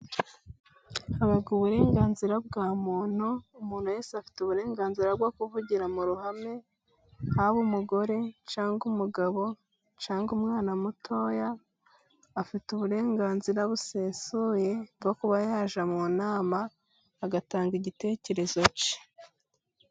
Haba uburenganzira bwa muntu, umuntu wese afite uburenganzira bwo kuvugira mu ruhame, haba umugore, cyangwa umugabo, cyangwa umwana mutoya, afite uburenganzira busesuye bwo kuba yaje mu nama, agatanga igitekerezo cye.